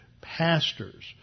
pastors